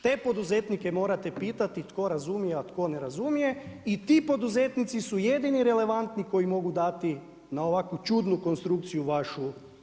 Te poduzetnike morate pitati tko razumije, a tko ne razumije, i ti poduzetnici su jedini relevantni koji mogu dati na ovakvu čudnu konstrukciju vašu, vama odgovor.